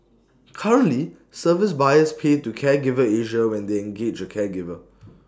currently service buyers pay to Caregiver Asia when they engage A caregiver